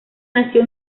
nació